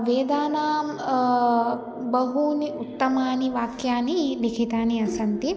वेदानां बहूनि उत्तमानि वाक्यानि लिखितानि अ सन्ति